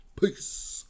Peace